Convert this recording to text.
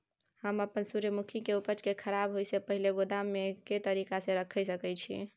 हम अपन सूर्यमुखी के उपज के खराब होयसे पहिले गोदाम में के तरीका से रयख सके छी?